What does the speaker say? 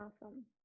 Awesome